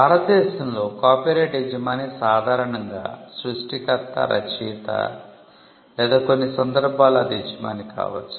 భారతదేశంలో కాపీరైట్ యజమాని సాధారణంగా సృష్టికర్తరచయిత లేదా కొన్ని సందర్భాల్లో అది యజమాని కావచ్చు